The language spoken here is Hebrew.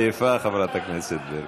את עייפה, חברת הכנסת ברקו.